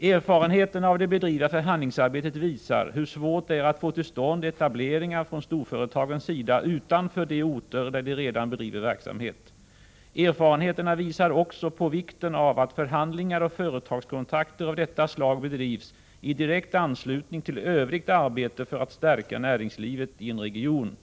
Erfarenheterna av förhandlingsarbetet visar hur svårt det är att få till stånd etableringar från storföretagens sida utanför de orter där de redan bedriver verksamhet. Erfarenheterna visar också på vikten av att förhandlingar och företagskontakter av detta slag sker i direkt anslutning till övrigt arbete för att stärka näringslivet i en region.